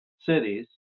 cities